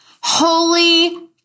Holy